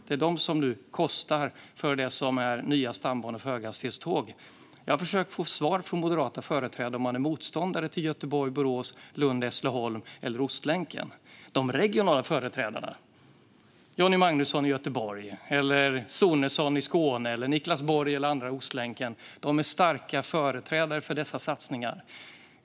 Det är dessa som utgör kostnaden för nya stambanor för höghastighetståg. Jag har försökt att få svar från moderata företrädare på om de är motståndare till sträckorna Göteborg-Borås, Lund-Hässleholm eller Ostlänken. De regionala företrädarna, till exempel Johnny Magnusson i Göteborg, Carl Johan Sonesson i Skåne och Niklas Borg och andra i området utmed Ostlänken, är starka förespråkare av dessa satsningar.